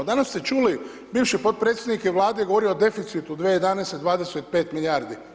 Danas ste čuli, bivši potpredsjednik Vlade je govorio o deficitu 2011. 25 milijardi.